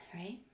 right